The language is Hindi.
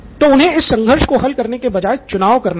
तो उन्हें इस संघर्ष को हल करने के बजाय चुनाव करना था